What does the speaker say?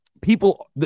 people